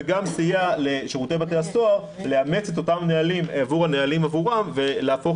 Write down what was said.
וגם סייע לשירות בתי הסוהר לאמץ נהלים עבורם ולהפוך